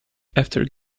after